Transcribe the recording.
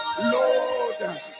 Lord